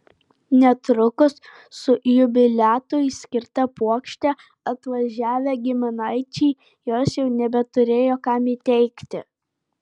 netrukus su jubiliatui skirta puokšte atvažiavę giminaičiai jos jau nebeturėjo kam įteikti